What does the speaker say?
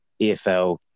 EFL